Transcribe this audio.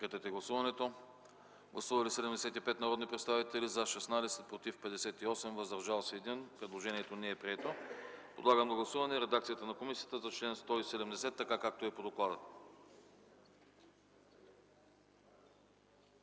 комисията не подкрепя. Гласували 72 народни представители: за 5, против 63, въздържали се 4. Предложението не е прието. Подлагам на гласуване редакцията на комисията за чл. 163, така както е по доклад.